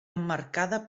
emmarcada